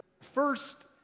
first